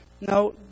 No